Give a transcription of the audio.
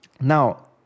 Now